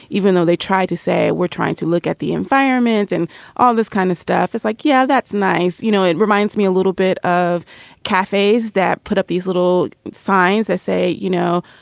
even though they tried to say we're trying to look at the environment and all this kind of stuff. it's like, yeah, that's nice. you know, it reminds me a little bit of cafes that put up these little signs say, you know,